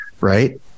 right